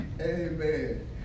Amen